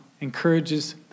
encourages